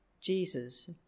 Jesus